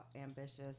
ambitious